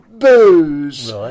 booze